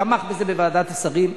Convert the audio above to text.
ותמך בזה בוועדת השרים,